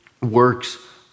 works